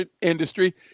industry